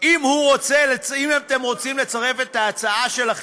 הוא ישב אתו, הוא שמע את הגרסה שלו,